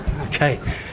okay